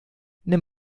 nimm